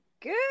Good